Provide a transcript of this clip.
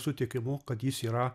sutikimu kad jis yra